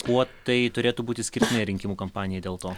kuo tai turėtų būti išskirtinė rinkimų kampanija dėl to